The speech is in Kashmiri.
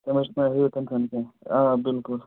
تلہٕ حظ تام کیٚنٛہہ آ بِلکُل